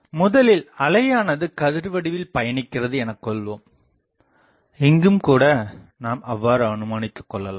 முதலில் அலையானது கதிர்வடிவில் பயணிக்கிறது எனக்கொள்வோம் இங்கும்கூட நாம் அவ்வாறு அனுமானித்துகொள்வோம்